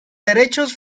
derechos